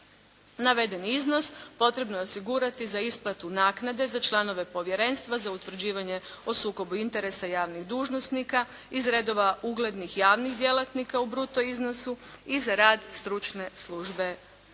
Navedeni iznos potrebno je osigurati za isplatu naknade za članove povjerenstva, za utvrđivanje o sukobu interesa javnih dužnosnika iz redova uglednih javnih djelatnika u bruto iznosu i za rad stručne službe